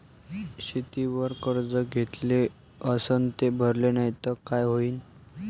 शेतीवर कर्ज घेतले अस ते भरले नाही तर काय होईन?